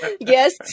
Yes